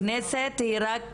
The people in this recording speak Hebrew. הכנסת היא רק